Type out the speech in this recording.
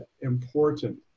important